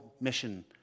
mission